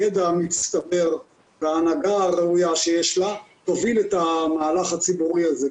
עם הידע המצטבר וההנהגה הראויה שיש לה תוביל את המהלך הציבורי הזה.